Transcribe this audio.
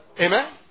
Amen